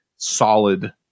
solid